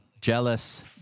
Jealous